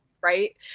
Right